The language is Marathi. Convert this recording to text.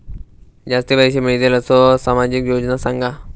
जास्ती पैशे मिळतील असो सामाजिक योजना सांगा?